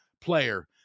player